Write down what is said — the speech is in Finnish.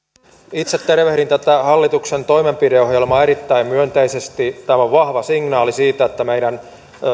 itse tervehdin tätä hallituksen toimenpideohjelmaa erittäin myönteisesti tällä on vahva signaali siitä että meidän